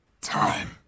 time